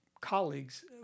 colleagues